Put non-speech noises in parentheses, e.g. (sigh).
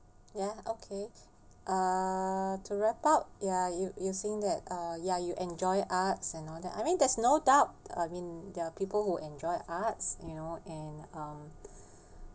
ya okay uh to wrap up ya you you think that uh ya you enjoy arts and all that I mean there's no doubt I mean(um) ya people who enjoy arts you know and um (breath)